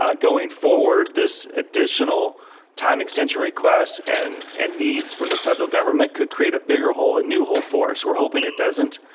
um going forward this additional time extension requests and and needs from the federal government could create a bigger hole, a new hole for us. we're hoping it doesn't.